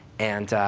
and